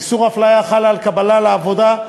איסור ההפליה חל על קבלה לעבודה,